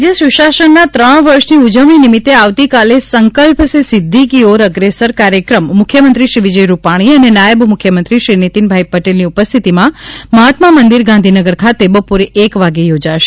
રાજ્ય સુશાસનના ત્રણ વર્ષની ઉજવણી નિમિત્તે આવતીકાલ સંકલ્પ સે સિદ્ધિ કી ઓર અગ્રેસર કાર્યક્રમ મુખ્યમંત્રી શ્રી વિજયભાઇ રૂપાણી અને નાયબ મુખ્યમંત્રી શ્રી નીતિનભાઇ પટેલની ઉપસ્થિતિમાં મહાત્મા મંદિર ગાંધીનગર ખાતે બપોરે એક વાગે યોજાશે